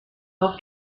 auf